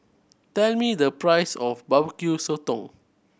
tell me the price of Barbecue Sotong